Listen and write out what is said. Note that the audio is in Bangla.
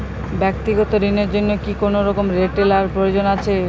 ব্যাক্তিগত ঋণ র জন্য কি কোনরকম লেটেরাল প্রয়োজন আছে?